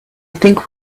think